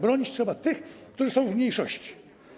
Bronić trzeba tych, którzy są w mniejszości.